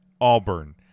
Auburn